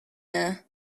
there